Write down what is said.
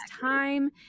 time